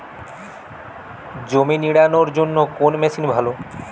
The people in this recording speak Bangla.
জমি নিড়ানোর জন্য কোন মেশিন ভালো?